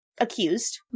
accused